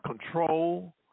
control